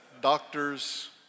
doctors